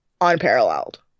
unparalleled